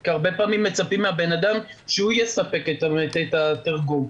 כי הרבה פעמים מצפים מן האדם שהוא יספק את התרגום.